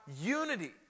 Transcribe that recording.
unity